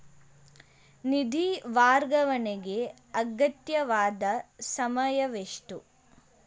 ನಿಧಿ ವರ್ಗಾವಣೆಗೆ ಅಗತ್ಯವಾದ ಸಮಯವೆಷ್ಟು?